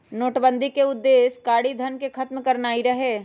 नोटबन्दि के उद्देश्य कारीधन के खत्म करनाइ रहै